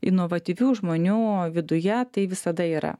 inovatyvių žmonių viduje tai visada yra